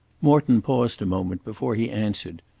morton paused a moment before he answered,